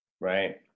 right